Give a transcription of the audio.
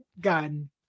gun